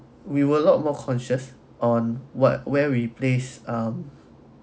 we will a lot more conscious on what where we place um